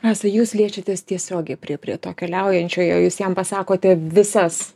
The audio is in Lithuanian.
rasa jus liečia tas tiesiogiai prie prie to keliaujančio jo jo jūs jam pasakote visas